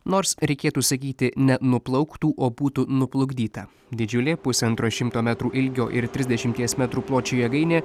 nors reikėtų sakyti nenuplauktų o būtų nuplukdyta didžiulė pusantro šimto metrų ilgio ir trisdešimties metrų pločio jėgainė